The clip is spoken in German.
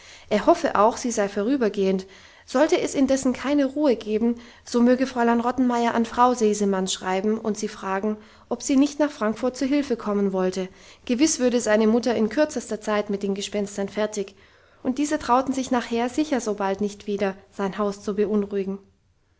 er hoffe auch sie sei vorübergehend sollte es indessen keine ruhe geben so möge fräulein rottenmeier an frau sesemann schreiben und sie fragen ob sie nicht nach frankfurt zu hilfe kommen wollte gewiss würde seine mutter in kürzester zeit mit den gespenstern fertig und diese trauten sich nachher sicher so bald nicht wieder sein haus zu beunruhigen